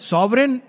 Sovereign